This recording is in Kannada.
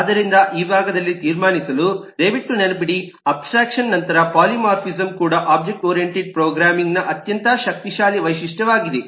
ಆದ್ದರಿಂದ ಈ ಭಾಗದಲ್ಲಿ ತೀರ್ಮಾನಿಸಲು ದಯವಿಟ್ಟು ನೆನಪಿಡಿ ಅಬ್ಸ್ಟ್ರಾಕ್ಟ್ಷನ್ ನಂತರ ಪಾಲಿಮಾರ್ಫಿಸಂ ಕೂಡ ಒಬ್ಜೆಕ್ಟ್ ಓರಿಯಂಟೆಡ್ ಪ್ರೋಗ್ರಾಮಿಂಗ್ನ ಅತ್ಯಂತ ಶಕ್ತಿಶಾಲಿ ವೈಶಿಷ್ಟ್ಯವಾಗಿದೆ